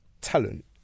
talent